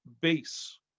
base